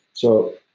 so,